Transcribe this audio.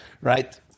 right